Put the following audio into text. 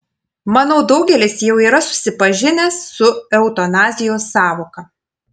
manau daugelis jau yra susipažinę su eutanazijos sąvoka